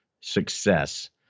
success